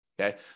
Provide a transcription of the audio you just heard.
okay